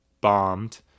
bombed